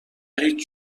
هیچ